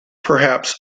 perhaps